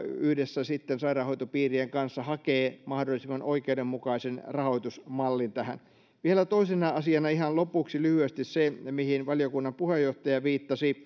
yhdessä sitten sairaanhoitopiirien kanssa hakee mahdollisimman oikeudenmukaisen rahoitusmallin tähän vielä toisena asiana ihan lopuksi lyhyesti se mihin valiokunnan puheenjohtaja viittasi